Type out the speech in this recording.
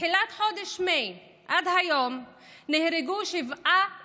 מתחילת חודש מאי עד היום נהרגו שבעה